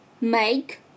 Make